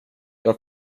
jag